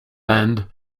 end